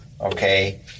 okay